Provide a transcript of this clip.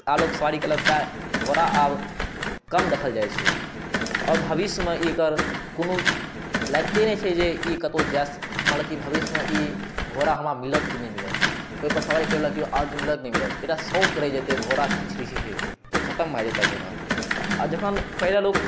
आबक सवारी केलक तऽ घोड़ा आब कम देखल जाइ छै आओर भविष्यमे एकर कोनो लैगते नहि छै जे ई कतौ जाय मने की भविष्यमे ई घोड़ा हमरा मिलत की नहि मिलत ओहि पर सवारी करय लए कोइ आदमी मिलत नहि मिलत एकटा शौक रहि जेतै घोड़ाक चढ़ि ओ खत्म भऽ जेतै घोड़ा आ जखन पहिने लोग